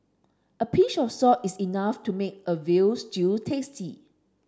a pinch of salt is enough to make a veal stew tasty